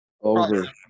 Over